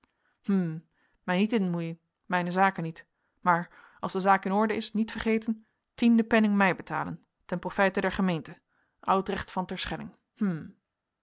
mij niet in moeien mijne zaken niet maar als de zaak in orde is niet vergeten tiende penning mij betalen ten profijte der gemeente oud recht van terschelling hm hoe